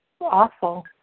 awful